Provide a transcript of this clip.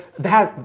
that